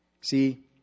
see